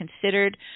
considered